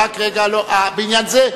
בעניין זה?